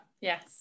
Yes